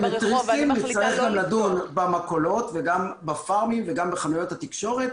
נצטרך גם לדון במכולות וגם בפארמים וגם בחנויות התקשורת